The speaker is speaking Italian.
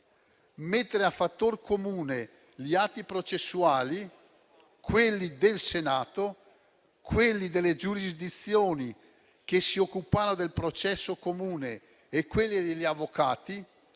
Mettere a fattor comune gli atti processuali del Senato, quelli delle giurisdizioni che si occuparono del processo comune e quelli degli avvocati